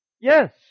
yes